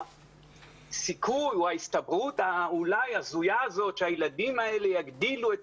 הסיכוי או ההסתברות אולי ההזויה הזאת שהילדים האלה יגדילו את